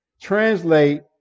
translate